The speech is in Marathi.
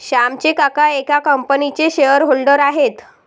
श्यामचे काका एका कंपनीचे शेअर होल्डर आहेत